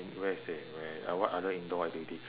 where ah what other indoor activity